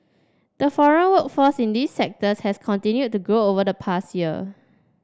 the foreign workforce in these sectors has continued to grow over the past year